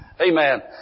Amen